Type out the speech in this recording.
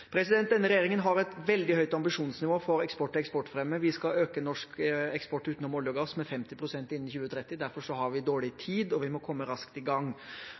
Denne regjeringen har et veldig høyt ambisjonsnivå for eksport og eksportfremme. Vi skal øke norsk eksport utenom olje og gass med 50 pst. innen 2030. Derfor har vi dårlig tid og vi må komme raskt i gang.